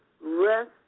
rest